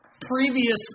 previous